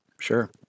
sure